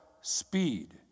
speed